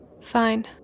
Fine